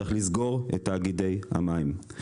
צריך לסגור את תאגידי המים.